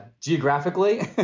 Geographically